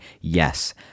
Yes